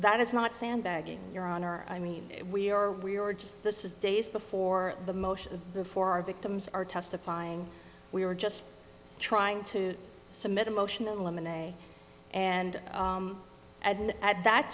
that is not sandbagging your honor i mean we are we were just this is days before the motion before our victims are testifying we were just trying to submit emotional m n a and at that